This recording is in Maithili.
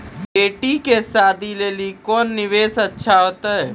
बेटी के शादी लेली कोंन निवेश अच्छा होइतै?